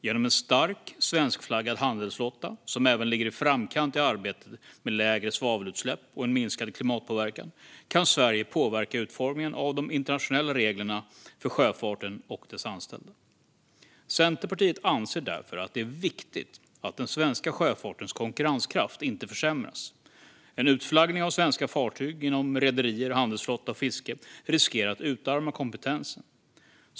Genom en stark svenskflaggad handelsflotta, som även ligger i framkant i arbetet med lägre svavelutsläpp och en minskad klimatpåverkan, kan Sverige påverka utformningen av de internationella reglerna för sjöfarten och dess anställda. Centerpartiet anser därför att det är viktigt att den svenska sjöfartens konkurrenskraft inte försämras. En utflaggning av svenska fartyg inom rederier, handelsflotta och fiske riskerar att utarma kompetensen.